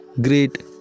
great